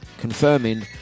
confirming